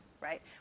right